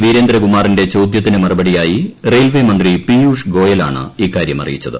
വീരേന്ദ്രകുമാറിന്റെ ചോദ്യത്തിനു മറുപടിയായി റെയിൽവേമന്ത്രി പിയൂഷ് ഗോയലാണ് ഇക്കാര്യം അറിയിച്ചത്